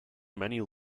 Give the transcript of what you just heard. many